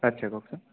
আচ্ছা কওকচোন